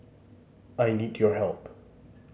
I need your help